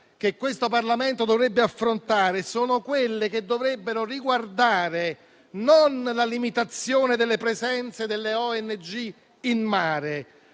che questo Parlamento dovrebbe affrontare dovrebbero riguardare non la limitazione della presenza delle ONG in mare,